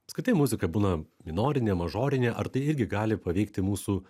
apskritai muzika būna minorinė mažorinė ar tai irgi gali paveikti mūsų